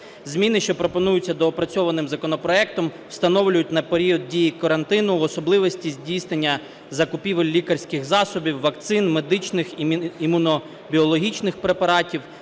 зміни, що пропонуються доопрацьованим законопроектом, встановлюють на період дії карантину в особливості здійснення закупівель лікарських засобів, вакцин, медичних, імунобіологічних препаратів,